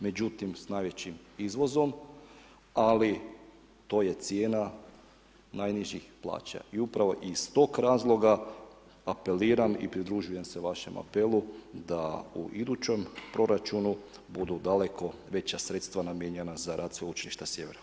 Međutim, s najvećim izvozom, ali to je cijena najnižih plaća i upravo iz tog razloga apeliram i pridružujem se vašem apelu da u idućem proračunu budu daleko veća sredstva namijenjena za rad sveučilišta Sjever.